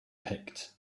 picked